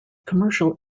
commercial